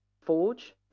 Forge